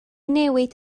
newid